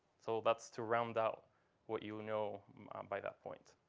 so that's to round out what you know by that point.